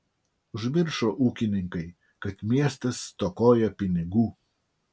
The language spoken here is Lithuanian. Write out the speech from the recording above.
užmiršo ūkininkai kad miestas stokoja pinigų